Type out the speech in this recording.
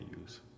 use